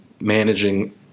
managing